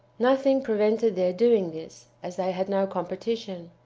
nothing prevented their doing this, as they had no competition.